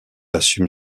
assume